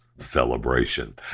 celebration